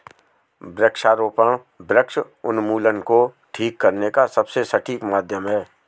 वृक्षारोपण वृक्ष उन्मूलन को ठीक करने का सबसे सटीक माध्यम है